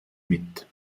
mit